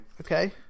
Okay